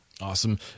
Awesome